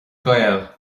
gael